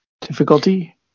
Difficulty